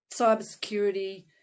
cybersecurity